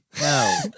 No